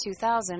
2000